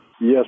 Yes